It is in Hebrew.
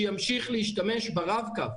שימשיך להשתמש ברב-קו.